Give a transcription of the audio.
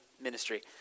ministry